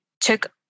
took